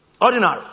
Ordinary